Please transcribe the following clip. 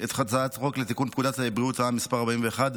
את הצעת חוק לתיקון פקודת בריאות העם (מס' 41),